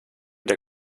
der